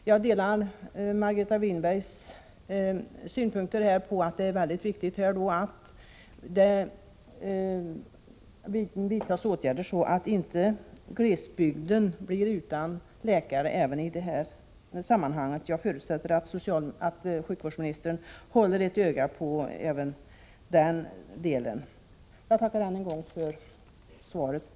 För min del instämmer jag i vad Margareta Winberg här sagt om att det är väldigt viktigt att det vidtas åtgärder så att inte glesbygden blir utan läkare även i detta sammanhang. Jag förutsätter alltså att sjukvårdsministern håller ett öga på även den delen. Jag tackar än en gång för svaret.